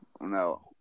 No